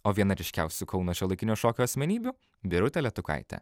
o viena ryškiausių kauno šiuolaikinio šokio asmenybių birutė letukaitė